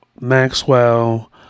Maxwell